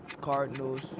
Cardinals